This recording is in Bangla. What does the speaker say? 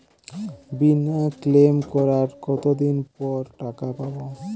বিমা ক্লেম করার কতদিন পর টাকা পাব?